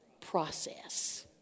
process